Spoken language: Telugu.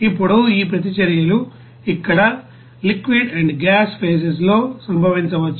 ఇప్పుడు ఈ ప్రతిచర్యలు ఇక్కడ లిక్విడ్ అండ్ గ్యాస్ ఫేసెస్ లలో సంభవించవచ్చు